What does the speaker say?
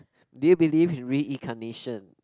they believe in reincarnation